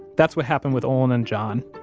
that's what happened with olin and john.